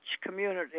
community